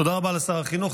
תודה רבה לשר החינוך.